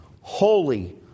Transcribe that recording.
holy